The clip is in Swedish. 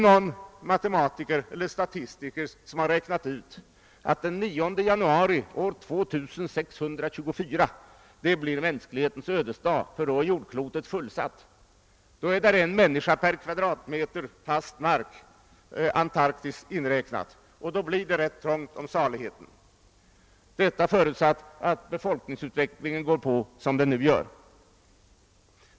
Någon statistiker har nämligen räknat ut att den 9 januari år 2624 blir mänsklighetens ödesdag, ty då är jordklotet fullsatt. Då finns det en människa per kvadratmeter fast mark, Antarktis inräknat. Det blir rätt trångt om saligheten, förutsatt att befolkningsutvecklingen fortgår i samma takt som nu.